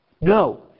No